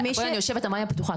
אני יושבת על "מאיה" פתוחה.